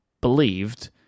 believed